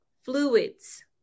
fluids